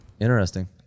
Interesting